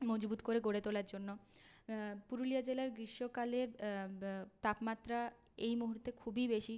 মজবুত করে গড়ে তোলার জন্য পুরুলিয়া জেলার গ্রীষ্মকালে তাপমাত্রা এই মুহূর্তে খুবই বেশি